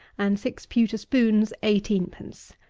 and six pewter spoons eighteen-pence.